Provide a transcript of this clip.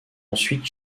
ensuite